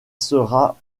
sera